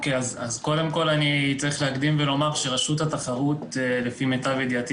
קודם כל אני אקדים ואומר שרשות התחרות לפי מיטב ידיעתי